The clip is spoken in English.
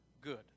good